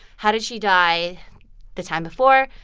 how did she die the time before?